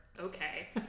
okay